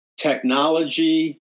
technology